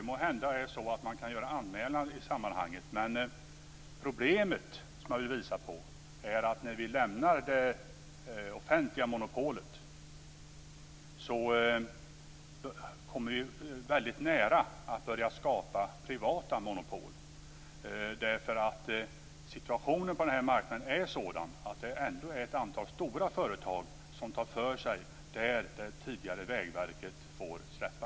Måhända kan man göra en anmälan i sammanhanget. Problemet är att vi är nära att skapa privata monopol, när vi lämnar det offentliga monopolet. Situationen på marknaden är sådan att det finns ett antal stora företag som tar för sig där Vägverket får släppa.